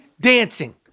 dancing